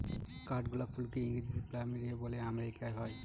কাঠগোলাপ ফুলকে ইংরেজিতে প্ল্যামেরিয়া বলে আমেরিকায় হয়